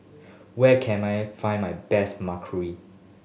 where can I find my best